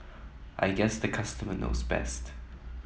I guess the customer knows best